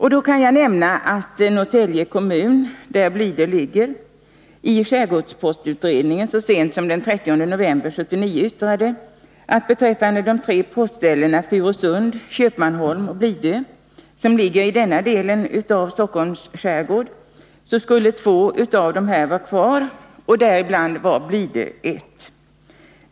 Jag kan då nämna att Norrtälje kommun, som Blidö tillhör, i skärgårdspostutredningen så sent som den 30 november 1979 yttrade att av de tre postställena Furusund, Köpmanholm och Blidö, som ligger i denna del av Stockholms skärgård, borde två vara kvar, varav Blidö var det ena.